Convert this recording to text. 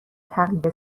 تقلید